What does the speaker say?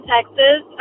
Texas